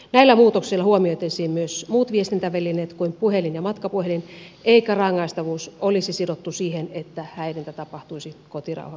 näillä muutoksilla huomioitaisiin myös muut viestintävälineet kuin puhelin ja matkapuhelin eikä rangaistavuus olisi sidottu siihen että häirintä tapahtuisi kotirauhan piirissä